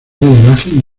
imagen